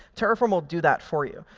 terraform will do that for you.